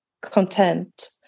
content